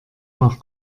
nach